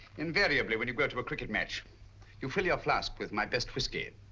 invariably when you go to a cricket match you fill your flask with my best whiskey.